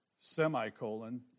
Semicolon